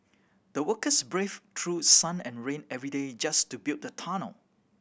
the workers braved through sun and rain every day just to build the tunnel